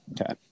Okay